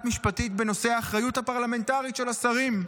משפטית בנושא האחריות הפרלמנטרית של השרים.